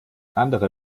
andere